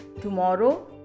Tomorrow